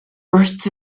bursts